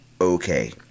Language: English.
okay